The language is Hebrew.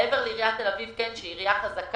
מעבר לעיריית תל אביב שהיא עירייה חזקה.